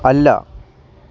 അല്ല